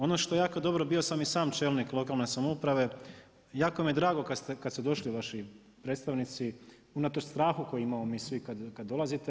Ono što je jako dobro, bio sam i sam čelnik lokalne samouprave, jako mi je drago kad su došli vaši predstavnici unatoč strahu koji imamo mi svi kad dolazite.